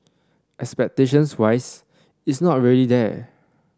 expectations wise it's not really there